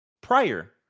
prior